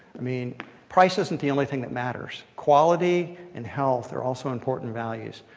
i mean price isn't the only thing that matters. quality and health are also important values.